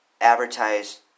advertise